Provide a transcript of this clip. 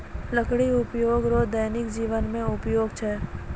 लकड़ी उपयोग रो दैनिक जिवन मे उपयोग छै